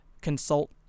consult